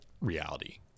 reality